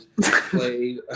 played